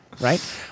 right